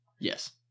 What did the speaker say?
yes